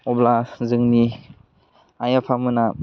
अब्ला जोंनि आइ आफामोना